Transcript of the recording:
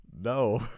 No